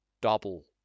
double